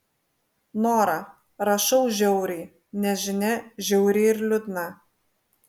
nora rašau žiauriai nes žinia žiauri ir liūdna